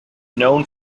known